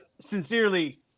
sincerely